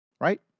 right